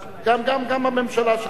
גם הממשלה שלך,